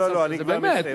לא לא לא, אני כבר מסיים.